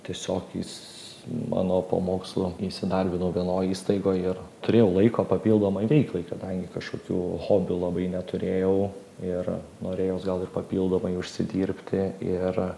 tiesiog jis mano po mokslų įsidarbinau vienoj įstaigoj ir turėjau laiko papildomai veiklai kadangi kažkokių hobių labai neturėjau ir norėjos gal ir papildomai užsidirbti ir